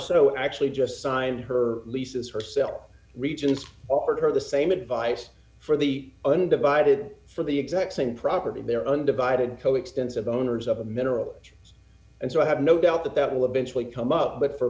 so actually just signed her lease as her cell regents offered her the same advice for the undivided for the exact same property their undivided coextensive the owners of the mineral and so i have no doubt that that will eventually come up but for